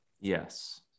Yes